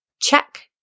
check